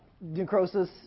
Necrosis